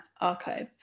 archives